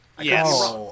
Yes